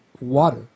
water